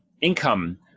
income